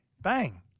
Bang